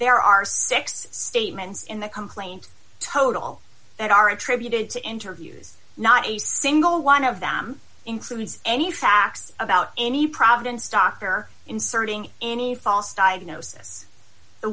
there are six statements in the complaint total that are attributed to interviews not a single one of them includes any facts about any providence doctor inserting any false diagnos